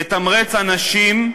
תתמרץ אנשים,